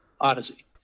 Odyssey